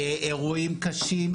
אירועים קשים,